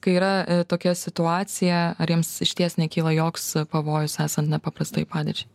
kai yra tokia situacija ar jiems išties nekyla joks pavojus esant nepaprastajai padėčiai